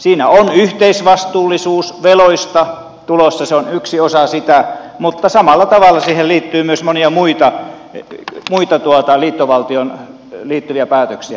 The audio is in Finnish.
siinä on yhteisvastuullisuus veloista tulossa se on yksi osa sitä mutta samalla tavalla siihen liittyy myös monia muita liittovaltioon liittyviä päätöksiä